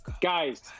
Guys